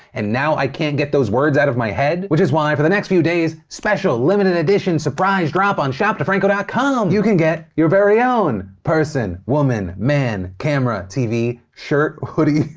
and now i can't get those words out of my head, which is why for the next few days, special limited edition surprise drop on shopdefranco com. you can get your very own person, woman, man, camera, tv shirt, hoodie,